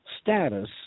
status